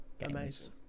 Amazing